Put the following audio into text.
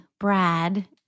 Brad